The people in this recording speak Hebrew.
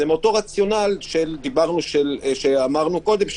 זה מאותו רציונל שאמרנו קודם,